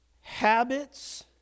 Habits